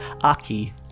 Aki